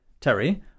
Terry